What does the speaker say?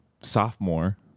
sophomore